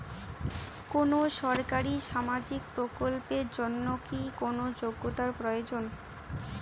কোনো সরকারি সামাজিক প্রকল্পের জন্য কি কোনো যোগ্যতার প্রয়োজন?